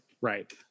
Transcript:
Right